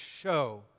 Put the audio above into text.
show